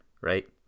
right